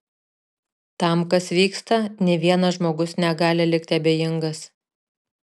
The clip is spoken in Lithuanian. tam kas vyksta nė vienas žmogus negali likti abejingas